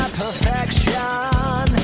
perfection